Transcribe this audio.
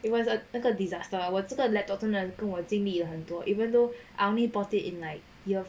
it was a 那个 disaster 我这个 laptop 真的跟我经历了很多 even though I only bought it in like year